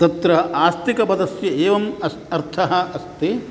तत्र आस्तिकपदस्य एवम् अर्थः अस्ति